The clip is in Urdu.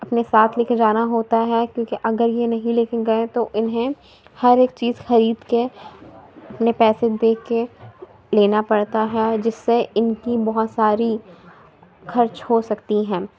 اپنے ساتھ لے کے جانا ہوتا ہے کیونکہ اگر یہ نہیں لے کے گیے تو انہیں ہر ایک چیز خرید کے اپنے پیسے دے کے لینا پڑتا ہے جس سے ان کی بہت ساری خرچ ہو سکتی ہیں